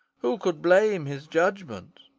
who could blame his judgment?